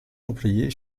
employée